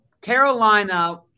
Carolina